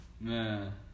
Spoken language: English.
Man